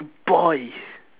boy